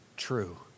True